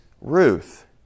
Ruth